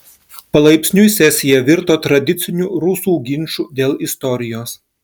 palaipsniui sesija virto tradiciniu rusų ginču dėl istorijos